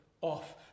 off